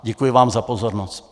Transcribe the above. Děkuji vám za pozornost.